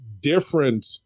different